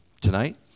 tonight